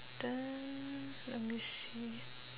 then let me see